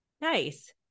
Nice